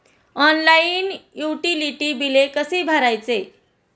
Online utility बिले कसे भरायचे?